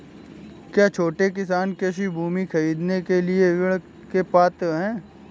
क्या छोटे किसान कृषि भूमि खरीदने के लिए ऋण के पात्र हैं?